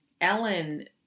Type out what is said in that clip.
Ellen